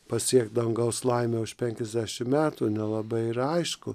pasiekt dangaus laimę už penkiasdešim metų nelabai yra aišku